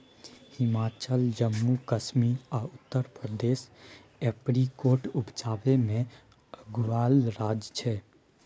हिमाचल, जम्मू कश्मीर आ उत्तर प्रदेश एपरीकोट उपजाबै मे अगुआएल राज्य छै